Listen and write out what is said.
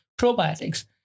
probiotics